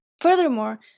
furthermore